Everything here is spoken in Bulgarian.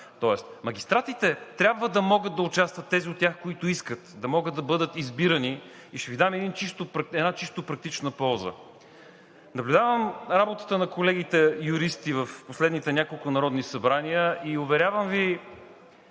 Тоест магистратите трябва да могат да участват – тези от тях, които искат, да могат да бъдат избирани. И ще Ви дам една чисто практична полза. Наблюдавам работата на колегите юристи в последните няколко народни събрания и, уверявам Ви,